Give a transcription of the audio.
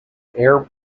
air